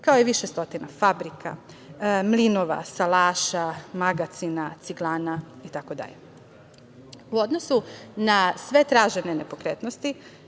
kao i više stotina fabrika, mlinova, salaša, magacina, ciglana, itd.U odnosu na sve tražene nepokretnosti